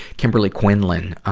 kimberley quinlan, ah,